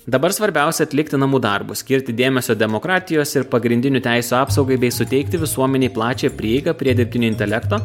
dabar svarbiausia atlikti namų darbus skirti dėmesio demokratijos ir pagrindinių teisių apsaugai bei suteikti visuomenei plačią prieigą prie dirbtinio intelekto